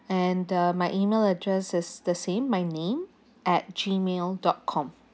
and uh my email address is the same my name at gmail dot com